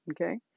Okay